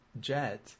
Jet